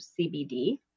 CBD